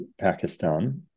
Pakistan